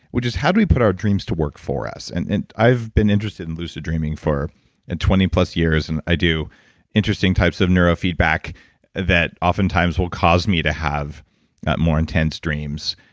which is how do we put our dreams to work for us? and and i've been interested in lucid dreaming for and twenty plus years, and i do interesting types of neuro feedback that often times will cause me to have more intense dreams.